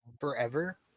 forever